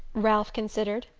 ralph considered.